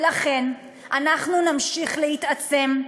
לכן, אנחנו נמשיך להתעצם,